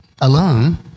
alone